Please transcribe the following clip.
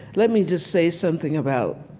let me just say something about